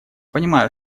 понимаю